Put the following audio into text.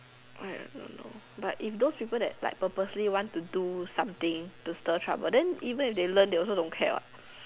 I don't know but if those people that like purposely want to do something to stir trouble then even if they learn they also don't care what